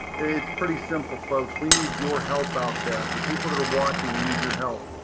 it's pretty simple, folks. we need your help out there. the people that are watching, we need your help.